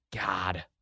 God